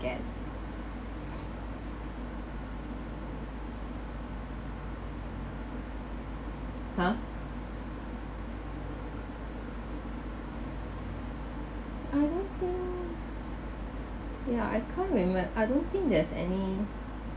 forget ha I don't think ya I can't remem~ I don't think there's any